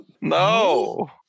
No